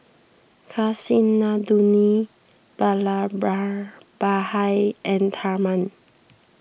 Kasinadhuni Vallabhbhai and Tharman